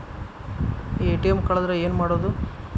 ATM ಕಳದ್ರ ಏನು ಮಾಡೋದು?